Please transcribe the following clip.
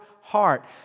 heart